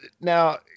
now